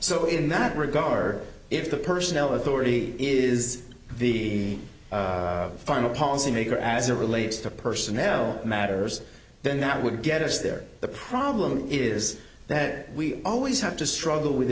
so in that regard if the personnel authority is the final policy maker as a relates to personnel matters then that would get us there the problem is that we always have to struggle with